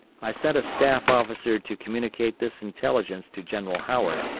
i sent a staff officer to communicate this intelligence to general howard,